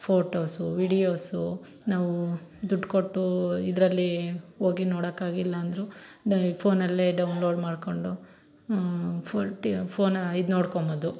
photos videos ನಾವು ದುಡ್ಡು ಕೊಟ್ಟೂ ಇದರಲ್ಲಿ ಹೋಗಿ ನೋಡಕ್ಕಾಗಿಲ್ಲಾಂದ್ರೂ ಡೈ ಫೋನಲ್ಲೇ ಡೌನ್ಲೋಡ್ ಮಾಡಿಕೊಂಡು ಫೋರ್ಟಿ ಫೋನ ಇದು ನೋಡ್ಕೊಬೋದು